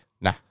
Nah